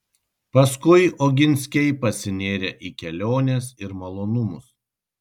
paskui oginskiai pasinėrė į keliones ir malonumus